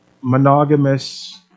monogamous